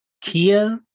Kia